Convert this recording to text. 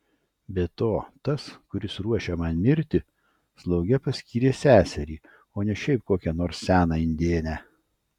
be to tas kuris ruošia man mirtį slauge paskyrė seserį o ne šiaip kokią nors seną indėnę